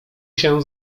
się